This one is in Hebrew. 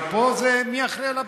אבל פה זה מי אחראי לבריאות.